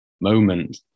moment